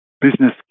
business